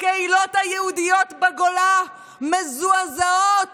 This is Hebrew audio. הקהילות היהודיות בגולה מזועזעות